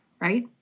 right